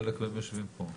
חלק מהם יושבים פה.